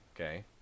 Okay